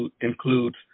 includes